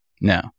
no